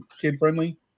kid-friendly